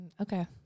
Okay